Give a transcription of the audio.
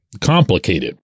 complicated